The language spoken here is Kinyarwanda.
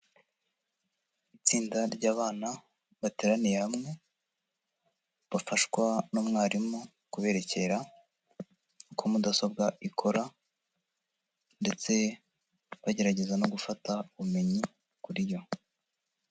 Itsinda ry'abana bateraniye hamwe, bafashwa n'umwarimu kuberekera uko mudasobwa ikora ndetse bagerageza no gufata ubumenyi kuri yo.